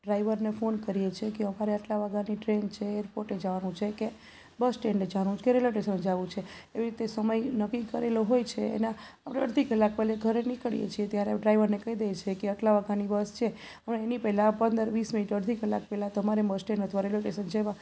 ડ્રાઇવરને ફોન કરીએ છીએ કે અમારે આટલા વાગ્યાની ટ્રેન છે એરપોર્ટે જવાનું છે કે બસ સ્ટેન્ડે જવાનું છે કે રેલવે સ્ટેશને જવું છે એવી રીતે સમય નક્કી કરેલો હોય છે એના આપણે અડધો કલાક પહેલાં ઘરે નીકળીએ છીએ ત્યારે હવે ડ્રાઈવરને કહી દઈએ છીએ કે આટલા વાગ્યાની બસ છે પણ એની પહેલાં પંદર વીસ મિનિટ અડધો કલાક પહેલાં તમારે બસ સ્ટેન્ડ અથવા રેલવે સ્ટેશન જ્યાં